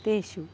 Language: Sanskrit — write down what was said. तेषु